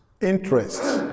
interests